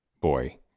boy